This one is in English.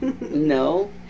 No